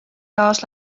taas